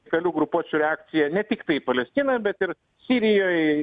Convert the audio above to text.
kelių grupuočių reakcija ne tiktai į palestiną bet ir sirijoj